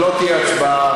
אז לא תהיה הצבעה.